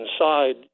inside